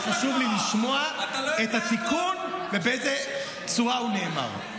היה חשוב לי לשמוע את התיקון ובאיזה צורה הוא נאמר.